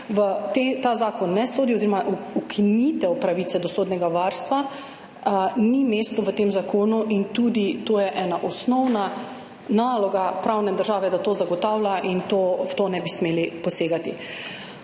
ta zakon ne sodi oziroma za ukinitev pravice do sodnega varstva ni mesta v tem zakonu in tudi to je ena osnovna naloga pravne države, da to zagotavlja in v to ne bi smeli posegati.